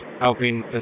helping